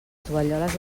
tovalloles